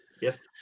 Yes